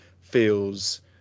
feels